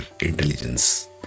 intelligence